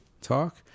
talk